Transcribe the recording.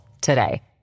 today